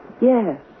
Yes